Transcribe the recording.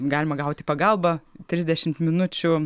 galima gauti pagalbą trisdešimt minučių